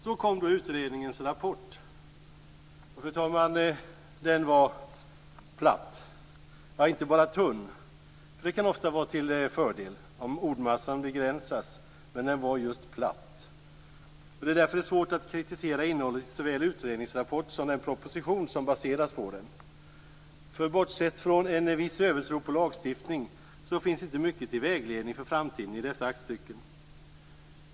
Så kom då utredningens rapport. Och, fru talman, den var platt. Ja, inte bara tunn, för det kan ofta vara till fördel om ordmassan begränsas, men den var just platt. Det är därför som det är svårt att kritisera innehållet i såväl utredningsrapport som den proposition som baserats på den. Bortsett från en viss övertro på lagstiftning finns inte mycket till vägledning för framtiden i dessa aktstycken.